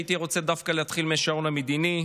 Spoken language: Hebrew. הייתי רוצה להתחיל דווקא מהשעון המדיני,